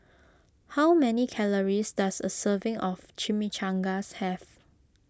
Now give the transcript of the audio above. how many calories does a serving of Chimichangas have